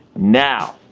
now,